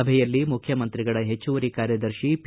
ಸಭೆಯಲ್ಲಿ ಮುಖ್ಯಮಂತ್ರಿಗಳ ಹೆಚ್ಚುವರಿ ಕಾರ್ಯದರ್ಶಿ ಪಿ